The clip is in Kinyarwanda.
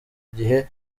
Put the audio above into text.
gihe